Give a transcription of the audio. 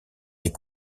les